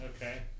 Okay